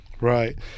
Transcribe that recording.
Right